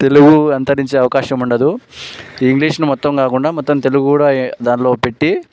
తెలుగు అంతరించే అవకాశం ఉండదు ఇంగ్లీష్ను మొత్తం కాకుండా మొత్తం తెలుగు కూడా దాంట్లో పెట్టి